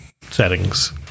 settings